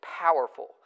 powerful